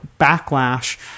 backlash